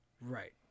Right